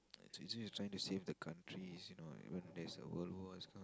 it's easy trying to save the countries you know even there's a world war this kind